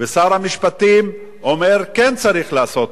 ושר המשפטים אומר: כן צריך לעשות.